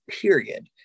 period